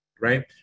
Right